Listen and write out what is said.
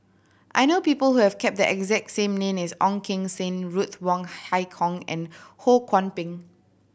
I know people who have cap the exact same name as Ong Keng Sen Ruth Wong Hie King and Ho Kwon Ping